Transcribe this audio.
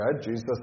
Jesus